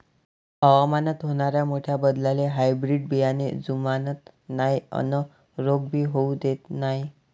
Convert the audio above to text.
हवामानात होनाऱ्या मोठ्या बदलाले हायब्रीड बियाने जुमानत नाय अन रोग भी होऊ देत नाय